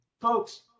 Folks